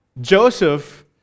Joseph